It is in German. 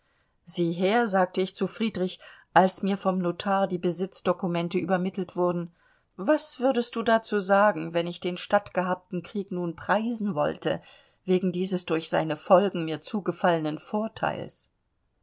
sieh her sagte ich zu friedrich als mir vom notar die besitzdokumente übermittelt wurden was würdest du dazu sagen wenn ich den stattgehabten krieg nun preisen wollte wegen dieses durch seine folgen mir zugefallenen vorteils